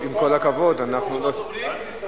אנחנו, יש עוד דוברים?